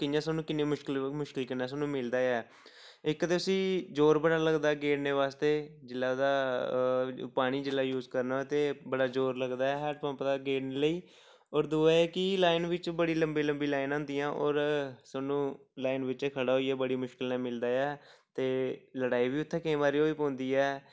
कि'यां सानूं किन्नी मुशकलेंं मुश्कल कन्नै सानूं मिलदा ऐ इक ते उस्सी जोर बड़ा लगदा गेड़ने बास्ते जेल्लै ओह्दा पानी जेल्लै यूज करना ते बड़ा जोर लगदा ऐ हैंडपंप दा गेड़ने लेई होर दूआ एह् ऐ कि लाइन बिच्च बड़ी लम्बी लम्बी लाइनां होंदियां होर सानूं लाइन बिच्च खड़ा होइयै बड़ी मुशकलें मिलदा ऐ ते लड़ाई बी केईं बारी उत्थै होई पौंदी ऐ